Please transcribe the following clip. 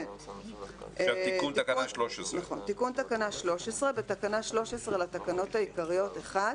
"תיקון תקנה 133. בתקנה 13 לתקנות העיקריות, (1)